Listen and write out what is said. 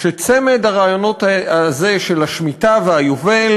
שצמד הרעיונות הזה של השמיטה והיובל